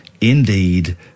Indeed